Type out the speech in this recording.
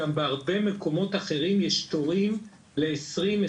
גם בהרבה מקומות אחרים יש תורים ל-2024.